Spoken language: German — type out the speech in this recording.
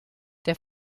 der